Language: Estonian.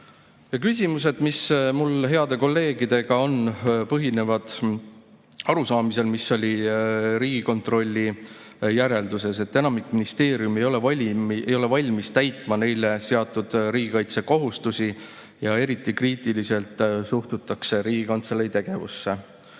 Küsimused, mis mul heade kolleegidega on, põhinevad arusaamisel, mis oli Riigikontrolli järelduses: enamik ministeeriume ei ole valmis täitma neile seatud riigikaitsekohustusi. Eriti kriitiliselt suhtutakse Riigikantselei tegevusse.